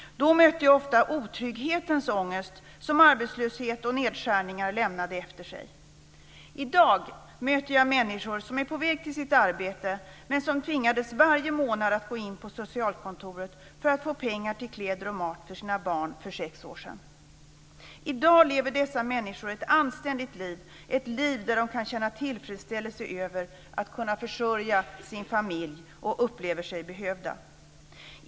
Då mötte jag ofta otrygghetens ångest, som arbetslöshet och nedskärningar lämnade efter sig. I dag möter jag människor som är på väg till sitt arbete, men som varje månad tvingades att gå in på socialkontoret för att få pengar till kläder och mat för sina barn för sex år sedan. I dag lever dessa människor ett anständigt liv, ett liv där de kan känna tillfredsställelse över att kunna försörja sin familj och upplever sig behövda.